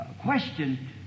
question